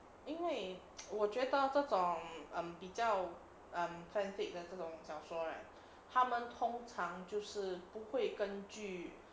因为我觉得这种 um 比较 um fan fiction 这种小说 right 他们通常就是不会根据